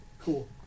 Cool